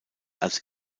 als